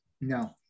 No